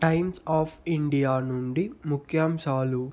times of India నుండి ముఖ్యాంశాలు